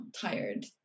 Tired